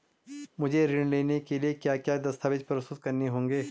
मुझे ऋण लेने के लिए क्या क्या दस्तावेज़ प्रस्तुत करने होंगे?